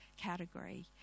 category